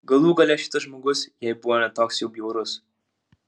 galų gale šitas žmogus jai buvo ne toks jau bjaurus